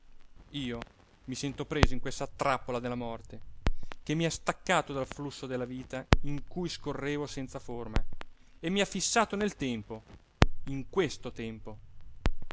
io mi sento preso in questa trappola della morte che mi ha staccato dal flusso della vita in cui scorrevo senza forma e mi ha fissato nel tempo in questo tempo